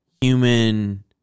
human